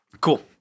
Cool